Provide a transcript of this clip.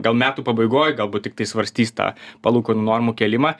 gal metų pabaigoj galbūt tiktai svarstys tą palūkanų normų kėlimą